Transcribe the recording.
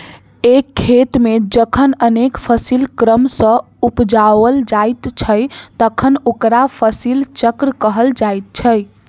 एक खेत मे जखन अनेक फसिल क्रम सॅ उपजाओल जाइत छै तखन ओकरा फसिल चक्र कहल जाइत छै